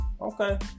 Okay